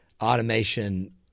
automation